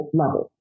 level